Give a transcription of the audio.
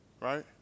right